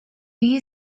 you